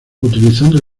utilizando